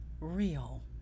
real